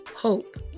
hope